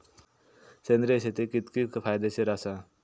सेंद्रिय शेती कितकी फायदेशीर आसा?